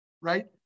right